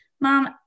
mom